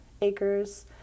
acres